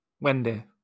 Wendy